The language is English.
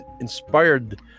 inspired